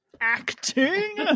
acting